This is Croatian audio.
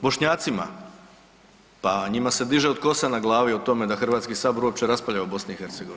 Bošnjacima, pa njima se diže kosa na glavi o tome da Hrvatski sabor uopće raspravlja o BiH.